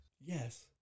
Yes